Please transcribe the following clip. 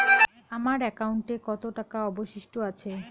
আমার একাউন্টে কত টাকা অবশিষ্ট আছে?